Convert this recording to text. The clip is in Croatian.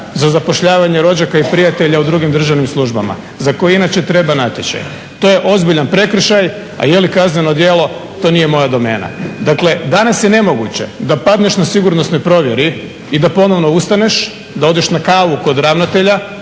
za zapošljavanje rođaka i prijatelja u drugim državnim službama za koje inače treba natječaj. To je ozbiljan prekršaj, a je li kazneno djelo to nije moja domena. Dakle, danas je nemoguće da padneš na sigurnosnoj provjeri i da ponovno ustaneš, da odeš na kavu kod ravnatelja